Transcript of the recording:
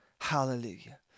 Hallelujah